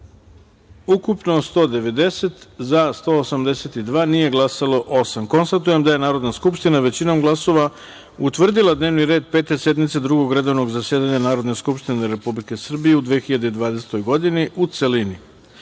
ukupno - 190, za – 182, nije glasalo – osam. Konstatujem da je Narodna skupština, većinom glasova, utvrdila dnevni red Pete sednice Drugog redovnog zasedanja Narodne skupštine Republike Srbije u 2020. godini, u celini.D